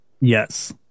Yes